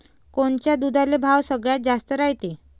कोनच्या दुधाले भाव सगळ्यात जास्त रायते?